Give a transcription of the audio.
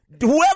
whoever